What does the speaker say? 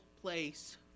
place